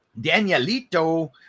danielito